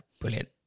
brilliant